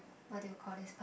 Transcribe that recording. what do you call this part